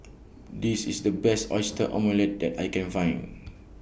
This IS The Best Oyster Omelette that I Can Find